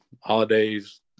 holidays